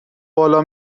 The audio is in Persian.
بالا